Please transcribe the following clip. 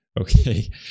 Okay